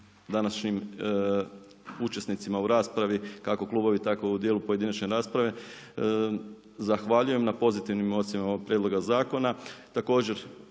današnjim učesnicima u raspravi, kako klubovi, tako u djelu pojedinačne rasprave, zahvaljujem na pozitivnim ocjenama ovog prijedloga zakona.